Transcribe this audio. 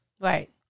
Right